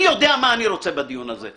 אני יודע מה אני רוצה בדיון הזה.